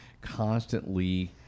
constantly